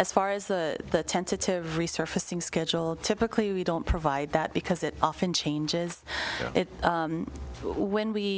as far as the tentative resurfacing schedule typically we don't provide that because it often changes when we